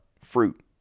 fruit